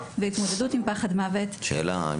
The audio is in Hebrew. התמודדות עם הפחד של המוות -- איך